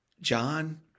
John